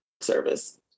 service